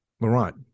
Laurent